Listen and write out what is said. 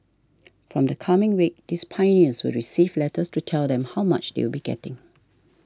from the coming week these Pioneers will receive letters to tell them how much they will be getting